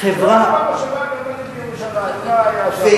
גרנו במושבה הגרמנית בירושלים, מה היה שם לקחת?